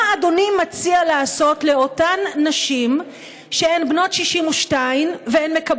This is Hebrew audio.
מה אדוני מציע לעשות לאותן נשים שהן בנות 62 ומקבלות